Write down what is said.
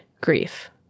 grief